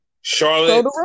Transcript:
Charlotte